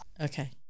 Okay